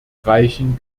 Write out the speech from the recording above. reichen